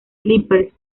clippers